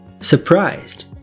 Surprised